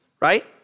right